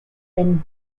been